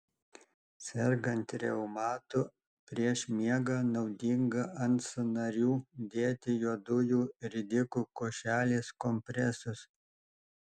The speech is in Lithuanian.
sergant reumatu prieš miegą naudinga ant sąnarių dėti juodųjų ridikų košelės kompresus